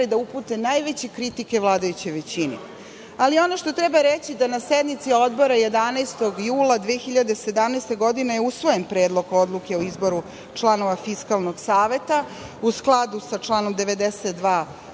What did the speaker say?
da upute najveće kritike vladajućoj većine. Treba reći da na sednici Odbora 11. jula 2017. godine je usvojen Predlog odluke o izboru članova Fiskalnog saveta u skladu sa članom 92b.